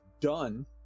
done